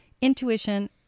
intuition